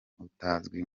utazwi